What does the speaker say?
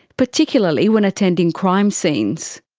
particularly when attending crime scenes.